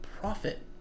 profit